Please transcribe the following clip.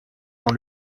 dans